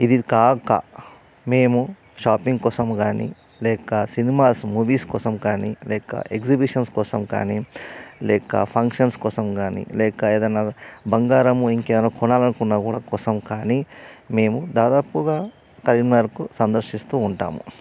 ఇది కాక మేము షాపింగ్ కోసం కానీ లేక సినిమా మూవీస్ కోసం కానీ లేక ఎగ్జిబీషన్స్ కోసం కానీ లేక ఫంక్షన్స్ కోసం కానీ లేక ఏదన్నా బంగారం ఇంకేమైనా కొనాలనుకున్నా వాటి కోసం కానీ మేము దాదాపుగా కరీంనగర్కు సందర్శిస్తు ఉంటాము